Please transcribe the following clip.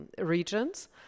regions